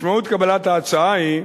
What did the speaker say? משמעות קבלת ההצעה היא,